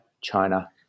China